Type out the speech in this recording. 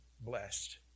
blessed